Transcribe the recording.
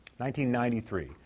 1993